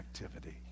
activity